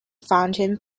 fountain